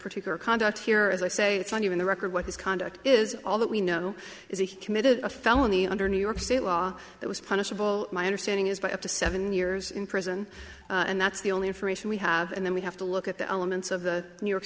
particular conduct here as i say it's not even the record what his conduct is all that we know is he committed a felony under new york state law that was punishable my understanding is by up to seven years in prison and that's the only information we have and then we have to look at the elements of the new york